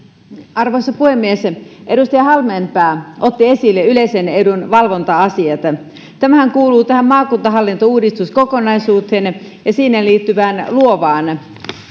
arvoisa puhemies edustaja halmeenpää otti esille yleisen edun valvonta asiat tämähän kuuluu tähän maakuntahallintouudistuskokonaisuuteen ja siihen liittyvään luovaan